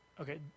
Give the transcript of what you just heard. Okay